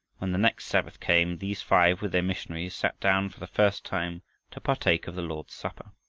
when the next sabbath came these five with their missionary sat down for the first time to partake of the lord's supper.